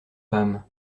femme